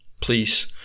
please